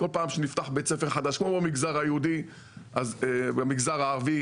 כמו במגזר היהודי גם במגזר הערבי,